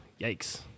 yikes